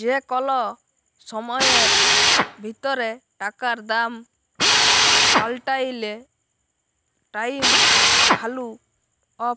যে কল সময়ের ভিতরে টাকার দাম পাল্টাইলে টাইম ভ্যালু অফ